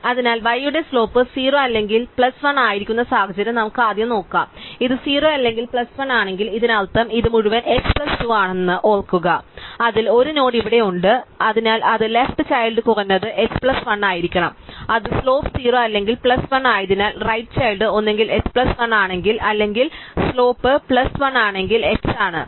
അതിനാൽ y യുടെ slope 0 അല്ലെങ്കിൽ പ്ലസ് 1 ആയിരിക്കുന്ന സാഹചര്യം നമുക്ക് ആദ്യം നോക്കാം അതിനാൽ ഇത് 0 അല്ലെങ്കിൽ പ്ലസ് 1 ആണെങ്കിൽ ഇതിനർത്ഥം ഇത് മുഴുവൻ h പ്ലസ് 2 ആണെന്ന് ഓർക്കുക അതിൽ 1 നോഡ് ഇവിടെയുണ്ട് അതിനാൽ അത് ലെഫ്റ് ചൈൽഡ് കുറഞ്ഞത് h പ്ലസ് 1 ആയിരിക്കണം അത് സ്ലോപ്പ് 0 അല്ലെങ്കിൽ പ്ലസ് 1 ആയതിനാൽ റൈറ്റ് ചൈൽഡ് ഒന്നുകിൽ h പ്ലസ് 1 ആണെങ്കിൽ അല്ലെങ്കിൽ സ്ലോപ്പ് പ്ലസ് 1 ആണെങ്കിൽ h ആണ്